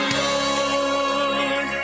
lord